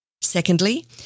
Secondly